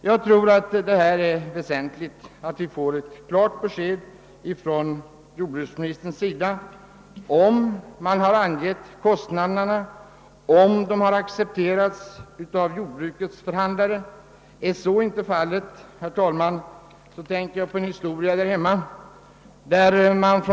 Jag tror det är väsentligt att vi får ett klart besked av jordbruksministern, om dessa kostnader vid förhandlingarna har angivits och om de accepterats av jordbrukets förhandlare. är så inte fallet, kommer jag att tänka på en historia där hemma.